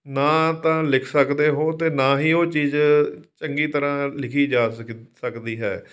ਨਾ ਤਾਂ ਲਿਖ ਸਕਦੇ ਹੋ ਅਤੇ ਨਾ ਹੀ ਉਹ ਚੀਜ਼ ਚੰਗੀ ਤਰ੍ਹਾਂ ਲਿਖੀ ਜਾ ਸਕ ਸਕਦੀ ਹੈ